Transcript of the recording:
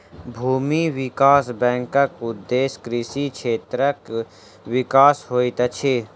भूमि विकास बैंकक उदेश्य कृषि क्षेत्रक विकास होइत अछि